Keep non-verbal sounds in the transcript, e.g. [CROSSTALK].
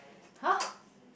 !huh! [BREATH]